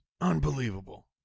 Unbelievable